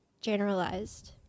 generalized